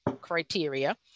criteria